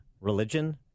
religion